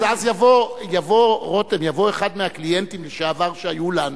רותם, אז יבוא אחד מהקליינטים לשעבר שהיו לנו,